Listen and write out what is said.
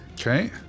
Okay